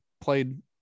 played